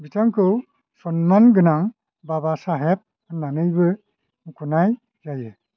बिथांखौ सनमान गोनां बाबा साहेब होननानैबो मुंख'नाय जायो